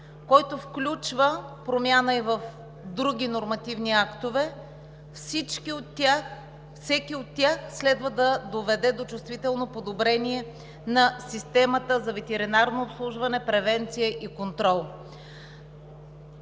който включва промяна и в други нормативни актове. Всеки от тях следва да доведе до чувствително подобрение на системата за ветеринарно обслужване, превенция и контрол.